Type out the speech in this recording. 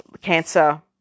cancer